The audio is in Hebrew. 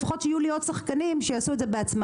לפחות שיהיו לי עוד שחקנים שיעשו את זה בעצמם.